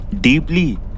deeply